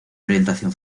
orientación